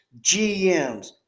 GMs